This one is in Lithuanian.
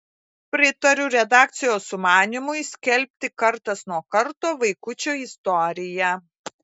pritariu redakcijos sumanymui skelbti kartas nuo karto vaikučio istoriją